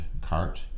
cart